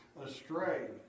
astray